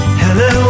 hello